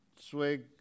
Swig